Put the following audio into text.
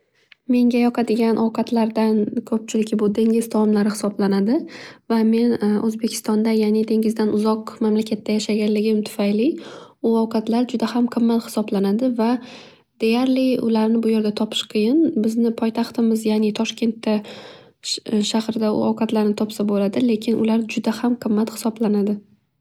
Menga yoqadigan ovqatlardan ko'pchiligi bu dengiz taomlari hisoblanadi. Va men o'zbekistonda, ya'ni dengizdan uzoq mamlakatda yashaganim tufayli, u ovqatlar juda ham qimmat hisoblanadi va deyarli ularni bu yerda topish qiyin. Bizni poytaxtimiz, ya'ni toshkentda shah- shahrida u ovqatlarni topsa bo'ladi lekin ular juda ham qimmat hisoblanadi.